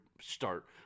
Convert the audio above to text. start